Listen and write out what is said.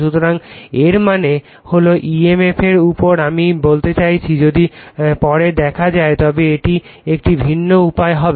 সুতরাং এর মানে হল EMF এর উপর আমি বলতে চাইছি যদি পরে দেখা যায় তবে এটি একটি ভিন্ন উপায় হবে